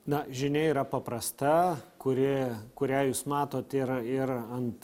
na žinia yra paprasta kuri kurią jūs matot ir ir ant